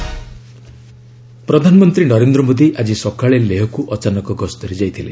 PM ପ୍ରଧାନମନ୍ତ୍ରୀ ନରେନ୍ଦ୍ର ମୋଦି ଆଜି ସକାଳେ ଲେହକୁ ଅଚାନକ ଗସ୍ତରେ ଯାଇଥିଲେ